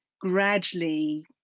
gradually